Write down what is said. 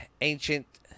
ancient